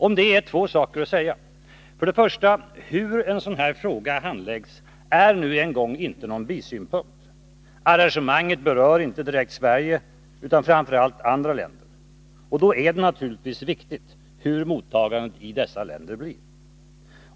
Om det är två saker att säga. Först och främst: Hur en sådan här fråga handläggs är inte någon bisynpunkt. Arrangemanget berör inte direkt Sverige, utan framför allt andra länder. Då är det naturligtvis viktigt hur mottagandet i dessa länder blir.